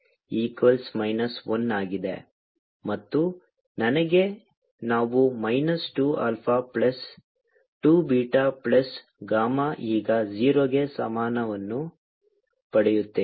2α3β 1 ಮತ್ತು ನನಗೆ ನಾವು minus 2 alpha plus 2 beta plus gamma ಈಗ 0 ಗೆ ಸಮಾನವನ್ನು ಪಡೆಯುತ್ತೇವೆ